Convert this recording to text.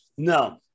No